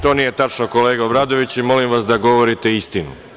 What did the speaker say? To nije tačno kolega Obradoviću i molim vas da govorite istinu.